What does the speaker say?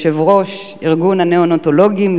יושב-ראש איגוד הנאונטולוגים,